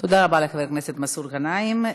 תודה רבה לחבר הכנסת מסעוד גנאים.